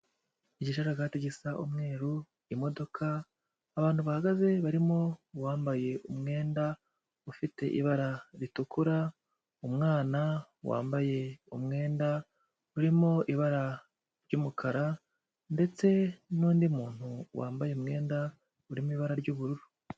Igisharagati gisa umweru, imodoka, abantu bahagaze barimo uwambaye umwenda ufite ibara ritukura, umwana wambaye umwenda urimo ibara ry'umukara ndetse n'undi muntu wambaye umwenda uri mu ibara ry'ubururu.